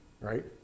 Right